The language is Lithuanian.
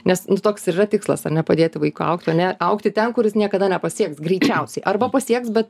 nes toks ir yra tikslas ar ne padėti vaikui augt o ne augti ten kur jis niekada nepasieks greičiausiai arba pasieks bet